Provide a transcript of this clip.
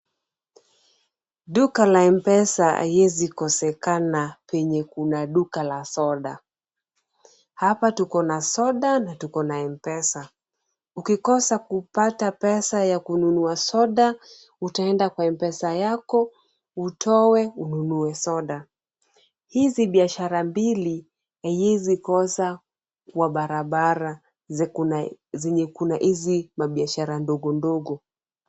Duka la Mpesa haiwezi kosekana kwenye kuna duka la soda. Hapa tuko na soda na tuko na Mpesa. Ukikosa kupata pesa ya kununua soda, utaenda kwa Mpesa yako, utoe, ununue soda. Hizi biashara mbili haiwezi kosa kwa barabara zenye kuna hizi mabiashara ndogo ndogo.